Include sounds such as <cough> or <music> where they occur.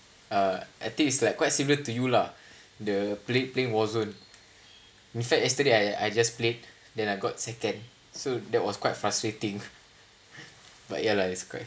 uh I think it's like quite similar to you lah <breath> the play playing war zone in fact yesterday I I just played then I got second so that was quite frustrating <laughs> but ya lah is quite